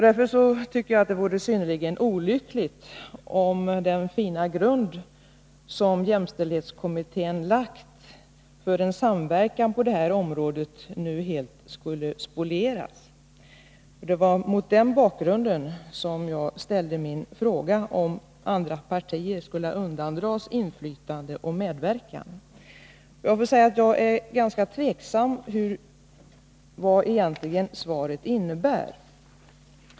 Därför vore det synnerligen olyckligt om den fina grund som jämställdhetskommittén lagt för en samverkan på det här området nu skulle spolieras. Det är mot den bakgrunden som jag frågat om andra partier skulle undandras inflytande och medverkan. Jag är ganska tveksam om vad svaret egentligen innebär.